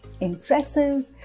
impressive